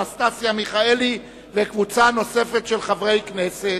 אנסטסטיה מיכאלי וקבוצה נוספת של חברי הכנסת.